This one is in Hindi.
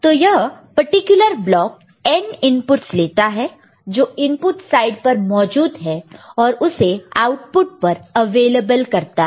तो यह पार्टिकुलर ब्लॉक n इनपुटस लेता है जो इनपुट साइड पर मौजूद है और उसे आउटपुट पर अवेलेबल करता है